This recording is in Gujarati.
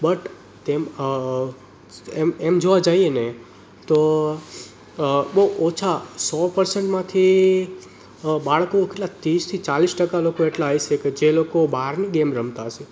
બટ તેમ એમ એમ જોવા જઈએ ને તો બહુ ઓછા સો પરસન્ટમાંથી બાળકો કેટલા ત્રીસથી ચાલીસ ટકા લોકો એટલા હશે કે જે લોકો બહારની ગેમ રમતા હશે